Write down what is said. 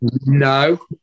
No